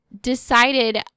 decided